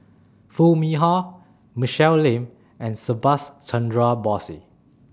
Foo Mee Har Michelle Lim and Subhas Chandra Bose